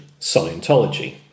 Scientology